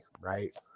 right